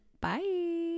bye